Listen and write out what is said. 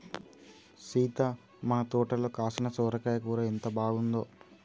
సీత మన తోటలో కాసిన సొరకాయ కూర ఎంత బాగుందో